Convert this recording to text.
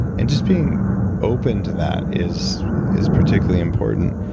and just being open to that is is particularly important.